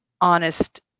honest